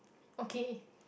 okay